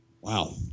Wow